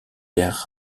terres